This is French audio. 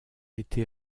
été